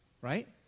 right